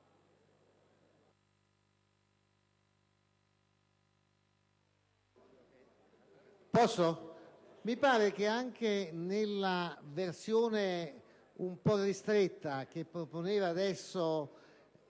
mi pare che anche nella versione un po' ristretta che proponeva poco